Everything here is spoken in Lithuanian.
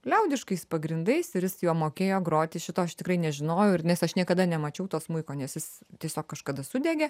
liaudiškais pagrindais ir jis juo mokėjo groti šito aš tikrai nežinojau ir nes aš niekada nemačiau to smuiko nes jis tiesiog kažkada sudegė